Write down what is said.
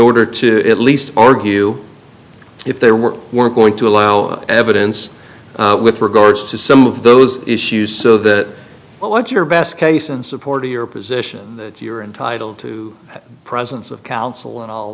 order to at least argue if there were weren't going to allow evidence with regards to some of those issues so that what was your best case and supported your position that you are entitled to presence of counsel and all